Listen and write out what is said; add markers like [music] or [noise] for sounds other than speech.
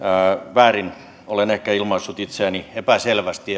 väärin olen ehkä ilmaissut itseäni epäselvästi [unintelligible]